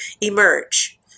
emerge